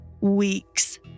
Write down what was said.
weeks